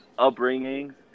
Upbringing